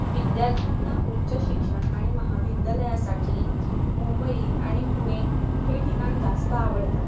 विद्यार्थ्यांना उच्च शिक्षण आणि महाविद्यालयासाठी मुंबई आणि पुणे हे ठिकाण जास्त आवडतात